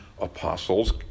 apostles